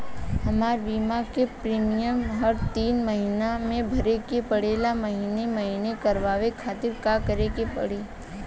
हमार बीमा के प्रीमियम हर तीन महिना में भरे के पड़ेला महीने महीने करवाए खातिर का करे के पड़ी?